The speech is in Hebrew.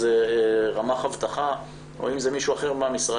זה רמ"ח אבטחה או מישהו אחר מהמשרד,